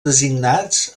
designats